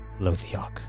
Lothiok